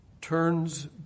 turns